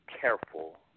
careful